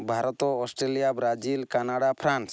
Bharat Australia Brazil Canada France